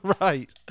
Right